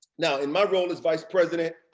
now, in my role as vice president,